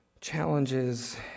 challenges